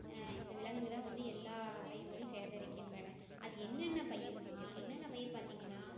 இந்த விலங்குங்கள் தான் வந்து எல்லா பயிர்களையும் சேதரிக்கின்றன அது என்னென்ன பயிர்னால் என்னென்ன பயிர் பார்த்திங்கனா